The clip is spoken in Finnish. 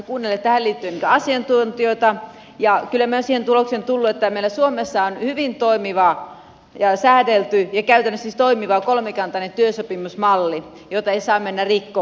me olemme työelämä ja tasa arvovaliokunnassa kuunnelleet tähän liittyen asiantuntijoita ja kyllä me olemme siihen tulokseen tulleet että meillä suomessa on hyvin toimiva ja säädelty ja käytännössä siis toimiva kolmikantainen työsopimusmalli jota ei saa mennä rikkomaan